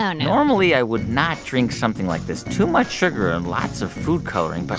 so normally, i would not drink something like this too much sugar and lots of food coloring. but